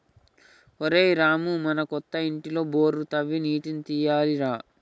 ఒరేయ్ రామూ మన కొత్త ఇంటిలో బోరు తవ్వి నీటిని తీయాలి రా